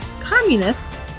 Communists